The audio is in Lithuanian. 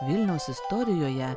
vilniaus istorijoje